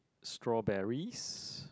strawberries